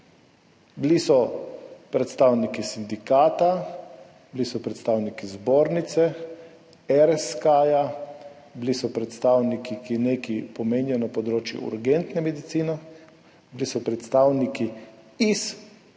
Bili so predstavniki sindikata, bili so predstavniki Zbornice, RSK, bili so predstavniki, ki nekaj pomenijo na področju urgentne medicine, bili so predstavniki